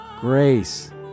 grace